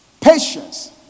patience